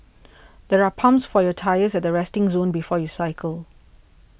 there are pumps for your tyres at the resting zone before you cycle